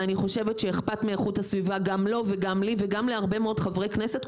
ואני חושבת שאכפת מאיכות הסביבה גם לו וגם לי וגם להרבה מאוד חברי כנסת,